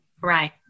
Right